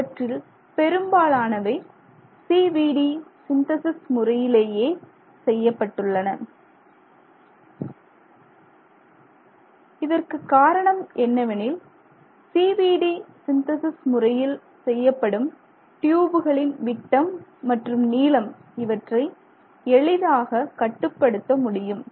அவற்றில் பெரும்பாலானவை CVD synthesis முறையிலேயே செய்யப்பட்டுள்ளன இதற்கு காரணம் என்னவெனில் CVD சிந்தேசிஸ் முறையில் செய்யப்படும் டியூபுகளின் விட்டம் மற்றும் நீளம் இவற்றை எளிதாக கட்டுப்படுத்த முடியும்